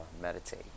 meditate